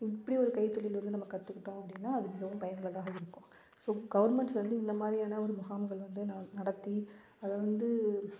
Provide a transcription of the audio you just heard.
இப்படி ஒரு கைத்தொழில் வந்து நம்ம கற்றுக்கிட்டோம் அப்படின்னா அது மிகவும் பயனுள்ளதாக இருக்கும் ஸோ கவர்மெண்ட்ஸ் வந்து இந்த மாதிரியான ஒரு முகாம்கள் வந்து நா நடத்தி அதை வந்து